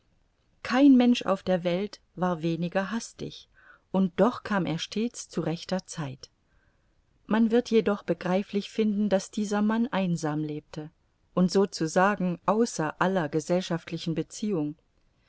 kein mensch auf der welt war weniger hastig und doch kam er stets zu rechter zeit man wird jedoch begreiflich finden daß dieser mann einsam lebte und so zu sagen außer aller gesellschaftlichen beziehung